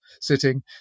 sitting